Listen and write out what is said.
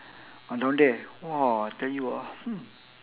ah down there !wah! I tell you ah